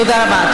תודה רבה.